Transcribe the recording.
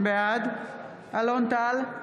בעד אלון טל,